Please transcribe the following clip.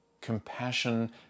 Compassion